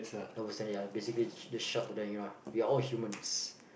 basically just shoutout to them you know we are all humans